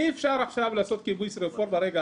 אי-אפשר עכשיו ברגע האחרון לעשות כיבוי שריפות.